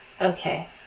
Okay